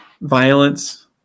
violence